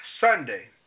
Sunday